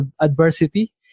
adversity